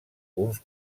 uns